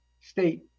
State